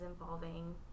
involving